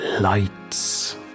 lights